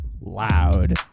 loud